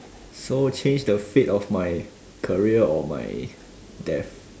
so change the fate of my career or my death